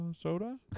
soda